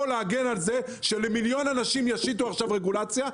להגן נגד זה שעל מיליון אנשים ישיתו עכשיו רגולציה.